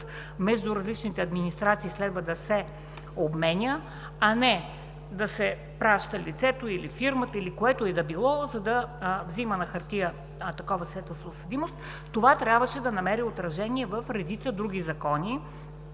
между различните администрации следва да се обменя, а не да се праща лицето или фирмата, или което и да било, за да взима на хартия такова свидетелство за съдимост. Това трябваше да намери отражение в редица други закони,